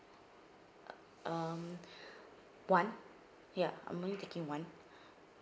um one ya I'm only taking one